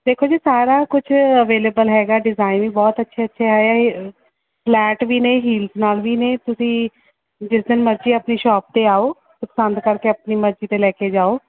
ਦੇਖੋ ਜੀ ਸਾਰਾ ਕੁਛ ਅਵੇਲੇਬਲ ਹੈਗਾ ਡਿਜ਼ਾਇਨ ਵੀ ਬਹੁਤ ਅੱਛੇ ਅੱਛੇ ਆਏ ਫਲੈਟ ਵੀ ਨੇ ਹੀਲਸ ਨਾਲ ਵੀ ਨੇ ਤੁਸੀਂ ਜਿਸ ਦਿਨ ਮਰਜ਼ੀ ਆਪਣੀ ਸ਼ੋਪ 'ਤੇ ਆਓ ਪਸੰਦ ਕਰਕੇ ਆਪਣੀ ਮਰਜ਼ੀ ਦੇ ਲੈ ਕੇ ਜਾਓ